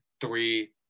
three